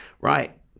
right